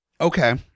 Okay